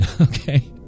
Okay